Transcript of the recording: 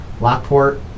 Lockport